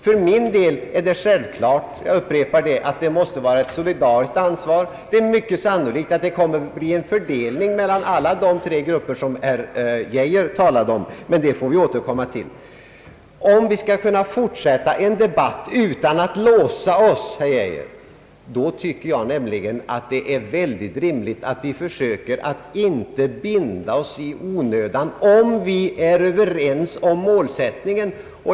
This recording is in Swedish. För min del är det självklart — jag upprepar det — att det måste vara ett solidariskt ansvar. Det är mycket sannolikt att det blir en fördelning mellan alla de tre grupper som herr Geijer talade om, men den frågan får vi återkomma till. Om vi skall fortsätta en debatt utan att låsa oss fast, herr Geijer, anser jag det vara rimligt att vi försöker att inte binda oss i onödan, om vi nu är överens om målsättningen.